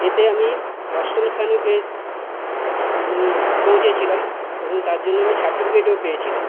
এতে আমি অষ্টম স্থানও পেয়ে পৌঁছেছিলাম এবং তার জন্য আমি সার্টিফিকেটও পেয়েছিলাম